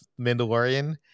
Mandalorian